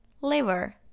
liver